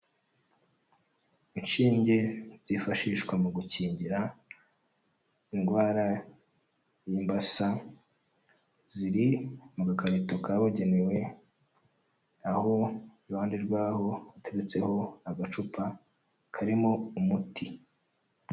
Inshinge zifashishwa mu gukingira indwara y'imbasa, ziri mu gakarito kabugenewe, aho iruhande rwaho hateretseho agacupa karimo umuti.